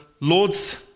Lord's